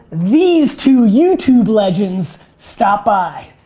these two youtube legends stop by.